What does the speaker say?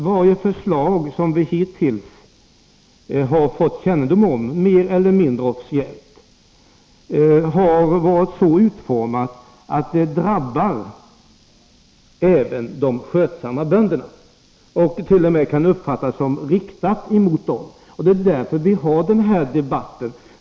Varje förslag som vi hittills, mer eller mindre officiellt, har fått kännedom om är ju så utformat att det drabbar även de skötsamma skogsbönderna. Det kan t.o.m. uppfattas som riktat emot dem. Det är därför vi för den här debatten.